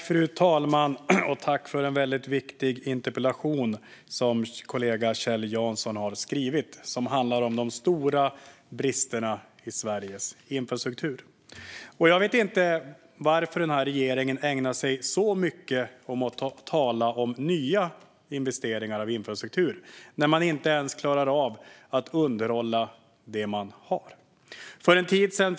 Fru talman! Jag tackar för den väldigt viktiga interpellation om de stora bristerna i Sveriges infrastruktur som kollegan Kjell Jansson har skrivit. Jag vet inte varför den här regeringen ägnar sig så mycket åt att tala om nya investeringar i infrastruktur när man inte ens klarar av att underhålla det man har. Fru talman!